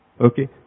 Okay